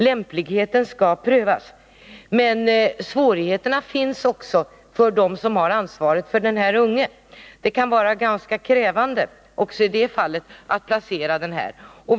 Lämpligheten skall prövas, men svårigheterna finns också för dem som har ansvaret för den unge. Det kan vara ganska krävande att på rätt sätt placera vederbörande.